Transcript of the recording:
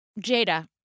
Jada